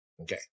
Okay